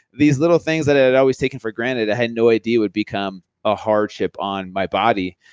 these little things that i had always taken for granted, i had no idea would become a hardship on my body.